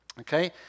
Okay